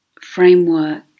framework